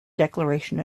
declaration